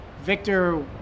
Victor